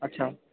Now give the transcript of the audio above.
अच्छा